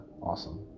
Awesome